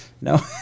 No